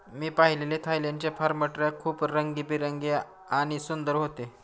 मी पाहिलेले थायलंडचे farm truck खूप रंगीबेरंगी आणि सुंदर होते